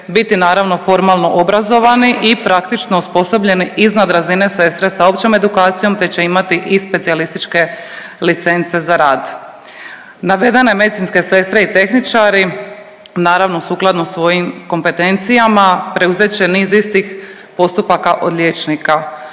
biti naravno formalno obrazovani i praktično osposobljeni iznad razine sestre sa općom edukacijom te će imati i specijalističke licence za rad. Navedene medicinske sestre i tehničari naravno sukladno svojim kompetencijama, preuzet će niz istih postupaka od liječnika.